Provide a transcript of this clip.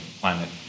climate